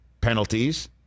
penalties